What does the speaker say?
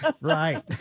Right